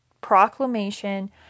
proclamation